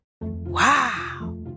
Wow